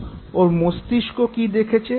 ওর মস্তিষ্ক কী দেখেছে